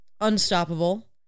Unstoppable